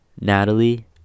natalie